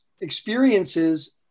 experiences